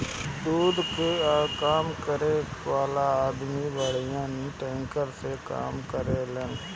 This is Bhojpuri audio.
दूध कअ काम करे वाला अदमी बड़ियार टैंकर से काम करेलन